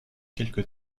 quelque